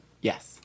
Yes